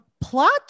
Plot